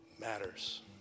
matters